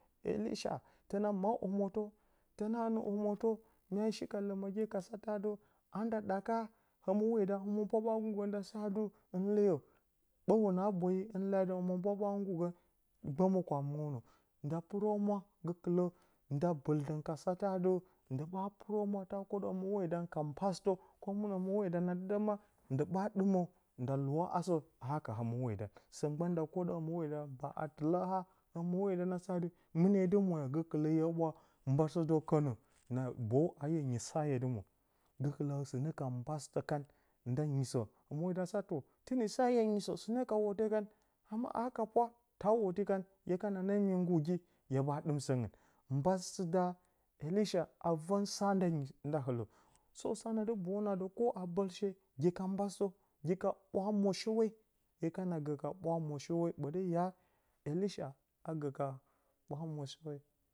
Elisha, təna mat omwotə, təna nə omwotə, mya shika ləməgye, anə sə adɨ na nda ɗaka həmɨ-hwoɗan, həmɨnpwa ɓaa nggurgə, gə, ndasa adɨ hɨn leyo, ɓə hwuna boyi, hɨ leyo adɨ həmɨnpwa ɓas nggurgən. Gbəmə kwami nggəwnə, nda pɨrə humwa gə kɨ lə nda bəltə, ka sə adɨ ndɨ ɓaa pɨrə humwa, ta kwoɗə həmɨ-hwoɗan ka mbasɨtə, komɨnə həmɨ-hwoɗan adɨ ɗan maa, ndɨ ɓaa ɗɨmə nda lɨwa asə, a haka həmɨ hwoɗan. Sə gban nda kwoɗə həmɨ hwodan ɓaa a tɨlə haa, həmɨ hwodan, a san adɨ mɨnə hye dɨ mwo yaa, gəkɨ lə hye ɓwa mbasɨtəw kənə na boyu a hye nyit hye dɨ mwo. Gakɨlə sɨnə ka mbasɨ kan, nda nyitsə, həmɨ hwodan a adɨ tou, tɨnii sa hye nyiisə sɨn ə o'otə kan amma a haka həmɨnpowa a o'ti kan, ye kana nee mye nggurgi, hye ɓaa ɗɨm gɨn, mbasɨtə da elisha, a vən sa nyi nda ɨlə. so sa na dɨ boyu nə adɨ koh a haa bəlshe, gi ka mbasɨtə, gi ka ɓwa mwosəwe, hye kana gə ka ɓwa mwosəwe, ɓəti ya elisha a ga ka ɓwa-mwosəwe